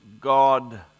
God